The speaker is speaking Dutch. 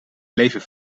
leven